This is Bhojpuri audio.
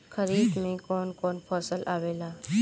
खरीफ में कौन कौन फसल आवेला?